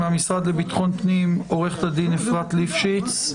מהמשרד לביטחון פנים עורכת הדין אפרת ליפשיץ,